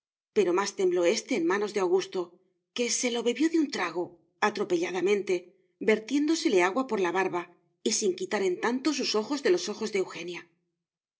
pero más tembló éste en manos de augusto que se lo bebió de un trago atropelladamente vertiéndosele agua por la barba y sin quitar en tanto sus ojos de los ojos de eugenia